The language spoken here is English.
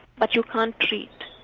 but you can't treat,